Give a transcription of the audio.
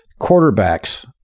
Quarterbacks